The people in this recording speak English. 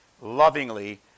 lovingly